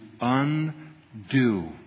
undo